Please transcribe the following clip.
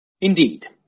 Indeed